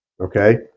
Okay